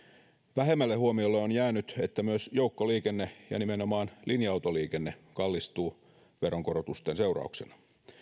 vähemmälle huomiolle on jäänyt että myös joukkoliikenne ja nimenomaan linja autoliikenne kallistuu veronkorotusten seurauksena